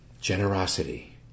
Generosity